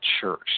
Church